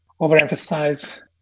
overemphasize